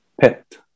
pet